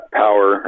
power